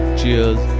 cheers